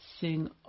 Sing